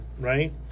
right